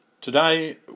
Today